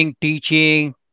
teaching